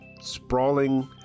sprawling